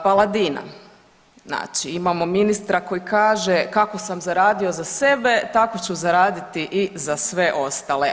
Paladina, znači imamo ministra koji kako sam zaradio za sebe tako ću zaraditi i za sve ostale.